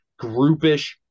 groupish